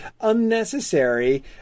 unnecessary